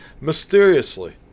mysteriously